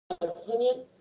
opinion